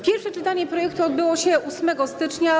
Pierwsze czytanie projektu odbyło się 8 stycznia.